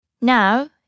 Now